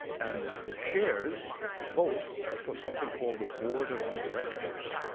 and the shares vote for something called the board of directors.